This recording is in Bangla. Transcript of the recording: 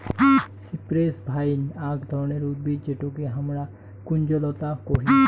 সিপ্রেস ভাইন আক ধরণের উদ্ভিদ যেটোকে হামরা কুঞ্জলতা কোহি